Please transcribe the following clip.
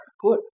put